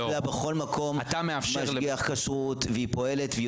יש לה בכל מקום משגיח כשרות והיא פועלת והיא